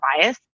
bias